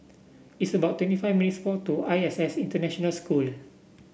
it's about twenty five minutes' walk to I S S International School